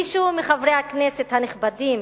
מישהו מחברי הכנסת הנכבדים